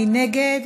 מי נגד?